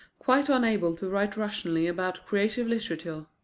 quite unable to write rationally about creative literature.